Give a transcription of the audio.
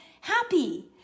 happy